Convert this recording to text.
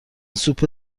سوپ